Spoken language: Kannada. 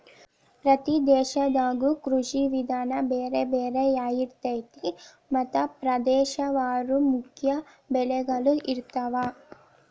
ಪ್ರತಿ ದೇಶದಾಗು ಕೃಷಿ ವಿಧಾನ ಬೇರೆ ಬೇರೆ ಯಾರಿರ್ತೈತಿ ಮತ್ತ ಪ್ರದೇಶವಾರು ಮುಖ್ಯ ಬೆಳಗಳು ಇರ್ತಾವ